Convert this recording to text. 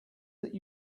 that